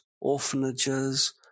orphanages